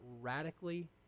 radically